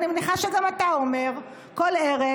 ואני מניחה שגם אתה אומר כל ערב,